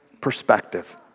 perspective